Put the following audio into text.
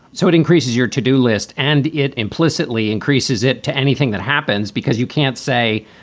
so it increases your to do list and it implicitly increases it to anything that happens because you can't say,